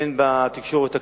הן בתקשורת הכללית,